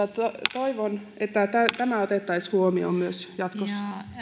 toivon että tämä otettaisiin huomioon myös jatkossa